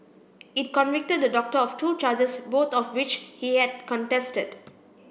it convicted the doctor of two charges both of which he had contested